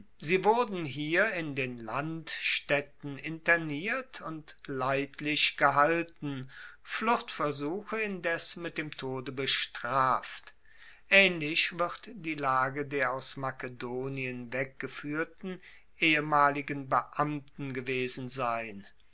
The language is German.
sie wurden hier in den landstaedten interniert und leidlich gehalten fluchtversuche indes mit dem tode bestraft aehnlich wird die lage der aus makedonien weggefuehrten ehemaligen beamten gewesen sein